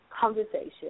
conversation